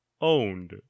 owned